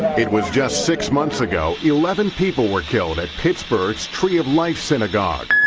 it was just six months ago eleven people were killed at pittsburgh's tree of life synagogue.